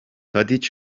tadiç